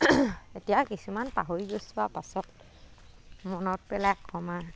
এতিয়া কিছুমান পাহৰি গৈছো আ পাছত মনত পেলাই ক'ম আৰ